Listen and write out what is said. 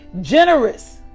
Generous